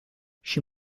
she